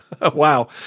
Wow